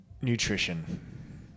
nutrition